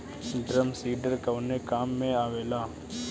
Drum seeder कवने काम में आवेला?